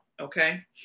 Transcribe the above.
Okay